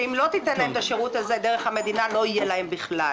שאם לא ניתן להם את השירות הזה דרך המדינה אז לא יהיה להם בכלל.